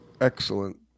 Excellent